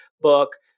book